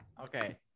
Okay